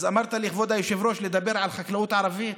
אמרת לי, כבוד היושב-ראש, לדבר על חקלאות ערבית,